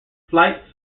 flights